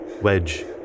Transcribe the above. wedge